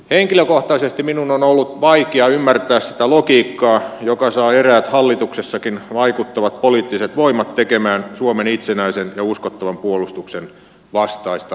henkilökohtaisesti minun on ollut vaikea ymmärtää sitä logiikkaa joka saa eräät hallituksessakin vaikuttavat poliittiset voimat tekemään suomen itsenäisen ja uskottavan puolustuksen vastaista myyräntyötään